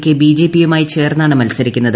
K ബിജെപിയുമായി ചേർന്നാണ് മത്സരിക്കുന്നത്